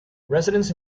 residents